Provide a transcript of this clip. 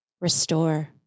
restore